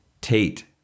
Tate